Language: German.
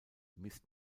misst